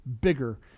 bigger